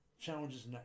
challenges